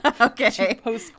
Okay